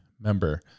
member